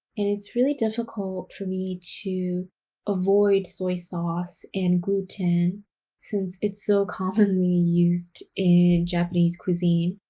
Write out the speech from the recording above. and it's really difficult for me to avoid soy sauce and gluten since it's so commonly used in japanese cuisine.